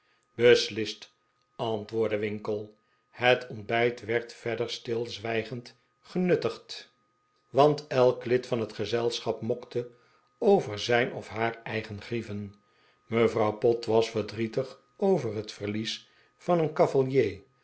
besiist antwoordde winkle het ontbijt werd verder stilzwijgend genuttigdj want elk lid van het gezelschap mokte over zijn of haar eigen grieven mevrouw pott was verdrietig over het verlies van een